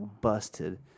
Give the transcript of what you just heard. busted